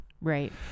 right